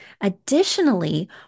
Additionally